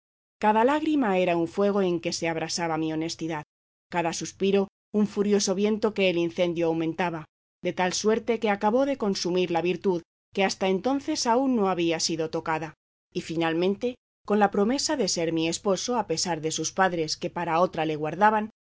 cada lágrima era un fuego en que se abrasaba mi honestidad cada suspiro un furioso viento que el incendio aumentaba de tal suerte que acabó de consumir la virtud que hasta entonces aún no había sido tocada y finalmente con la promesa de ser mi esposo a pesar de sus padres que para otra le guardaban